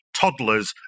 Toddlers